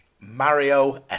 Mario